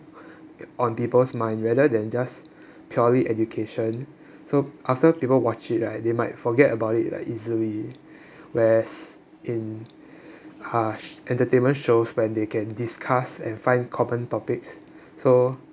on people's mind rather than just purely education so after people watch it right they might forget about it like easily whereas in uh entertainment shows when they can discuss and find common topics so